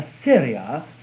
Assyria